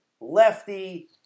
lefty